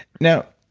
now,